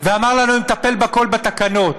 אמר לנו: נטפל בכול בתקנות.